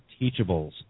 teachables